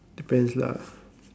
depends lah